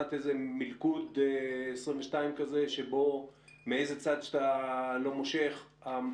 מלכוד 22 כזה שבו מאיזה צד שאתה לא מושך אתה